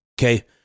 okay